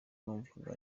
numvaga